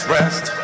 rest